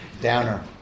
Downer